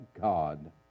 God